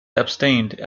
abstained